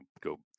go